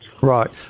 Right